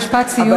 משפט סיום.